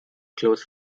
close